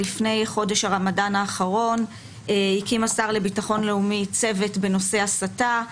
לפני חודש הרמדאן האחרון הקים השר לביטחון לאומי צוות בנושא הסתה.